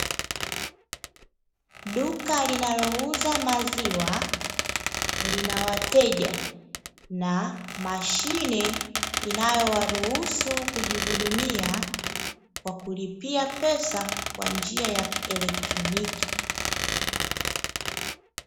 Duka linalouza maziwa lina wateja na mashine inayowaruhusu kujihudumia kwa kulipia pesa kwa njia ya kielektroniki.